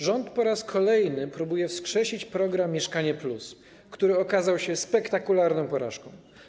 Rząd po raz kolejny próbuje wskrzesić program „Mieszkanie+”, który okazał się spektakularną porażką.